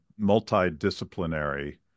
multidisciplinary